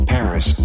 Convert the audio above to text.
Paris